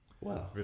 Wow